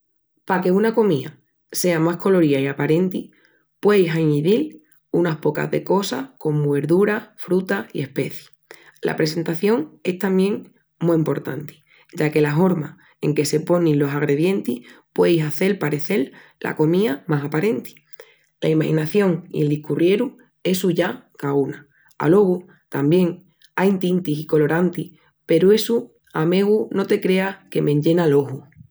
Pa que una comía sea más coloría i aparenti, pueis añidil unas pocas de cosas comu verduras, frutas i especis. La presentación es tamién mu emportanti, ya que la horma en que se ponin los agredientis puei hazel parecel la comía más aparenti. La maginación i el discurrieru essu ya caúna. Alogu tamién ain tintis i colorantis peru essu a megu no te creas que m'enllena l'oju...